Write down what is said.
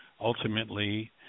Ultimately